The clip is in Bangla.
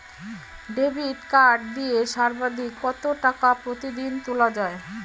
ডেবিট কার্ড দিয়ে সর্বাধিক কত টাকা প্রতিদিন তোলা য়ায়?